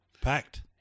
Packed